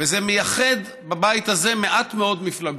וזה מייחד בבית הזה מעט מאוד מפלגות,